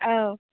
औ